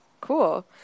cool